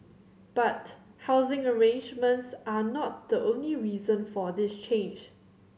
but housing arrangements are not the only reason for this change